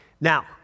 Now